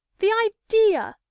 the idea!